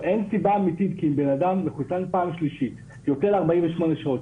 אין סיבה אמיתית כי אם בן אדם מחוסן פעם שלישית יוצא ל-48 שעות,